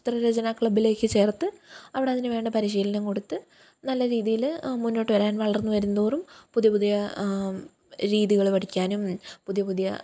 ചിത്രരചനാ ക്ലബ്ബിലേക്ക് ചേർത്ത് അവിടെ അതിനുവേണ്ട പരിശീലനം കൊടുത്ത് നല്ല രീതിയില് മുന്നോട്ടുവരാൻ വളർന്നുവരുംതോറും പുതിയ പുതിയ രീതികൾ പഠിക്കാനും പുതിയ പുതിയ